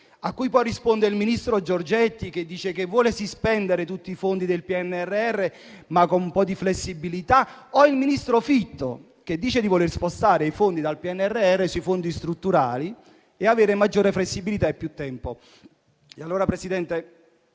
a cui poi rispondono il ministro Giorgetti, che vuole spendere tutti i fondi del PNRR ma con un po' di flessibilità, o il ministro Fitto, che vuole spostare i fondi dal PNRR ai fondi strutturali per avere maggiore flessibilità e più tempo.